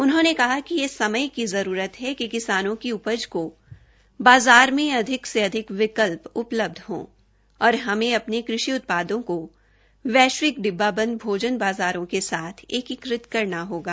उन्होंने कहा कि यह समय की अवश्यकता है कि किसानों की उपज को बाज़ार में अधिक से अधिक विकल्प हो और हमें अपने कृषि उत्पादों को वैश्विक डिब्बा बंद भोजन बाज़ारों के साथ एकीकृत करना होगा